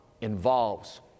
involves